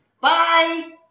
bye